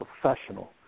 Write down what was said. professional